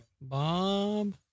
Bob